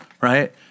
right